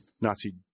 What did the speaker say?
Nazi